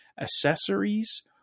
accessories